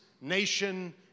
nation